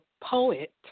poet